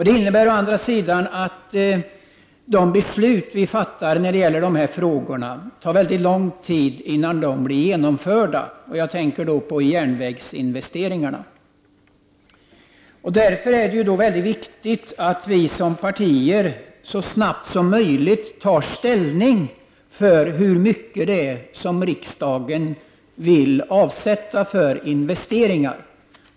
Det innebär å andra sidan att det tar mycket lång tid innan de beslut vi fattar när det gäller dessa frågor blir genomförda. Jag tänker då på järnvägsinvesteringarna. Därför är det mycket viktigt att vi som partier så snabbt som möjligt tar ställning till hur mycket riksdagen vill avsätta för investeringar.